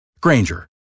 Granger